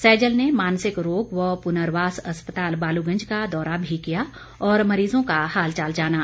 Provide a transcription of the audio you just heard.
सैजल मानसिक रोग व पुनर्वास अस्पताल बालुगंज का दौरा भी किया और मरीजों का हालचाल जाना